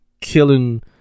killing